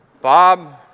Bob